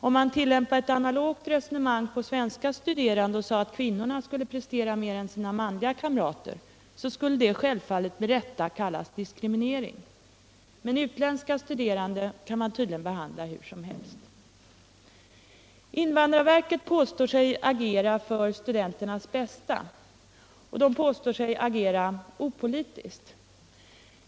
Om man tillämpade ett analogt resonemang på svenska studerande och sade att kvinnorna skulle prestera mer än sina manliga kamrater, skulle det självfallet, med rätta, kallas diskriminering, men utländska studenter kan man tydligen behandla hur som helst. Invandrarverket påstår sig handla för studenternas bästa och menar sig agera opolitiskt.